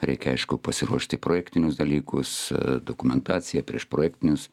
reikia aišku pasiruošti projektinius dalykus dokumentaciją priešprojektinius